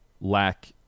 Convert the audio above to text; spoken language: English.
lack